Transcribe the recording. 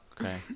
Okay